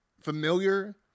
familiar